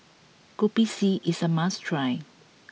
Kopi C is a must try